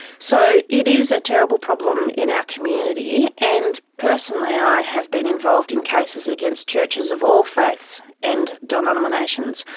so it is a terrible problem in our community, and personally i have been involved in cases against churches of all faiths and denominations.